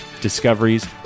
discoveries